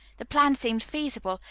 the plan seemed feasible,